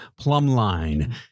Plumline